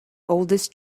oldest